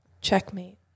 Checkmate